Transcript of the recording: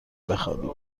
بخوابی